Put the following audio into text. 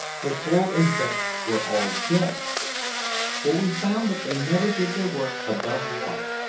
the coral insects were all dead for we found that they never did their work above water.